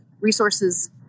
resources